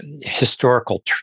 Historical